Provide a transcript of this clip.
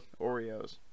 Oreos